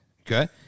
Okay